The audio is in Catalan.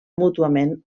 mútuament